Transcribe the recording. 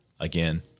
again